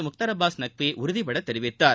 முக்தார் அப்பாஸ் நக்வி உறுதிப்பட தெரிவித்தார்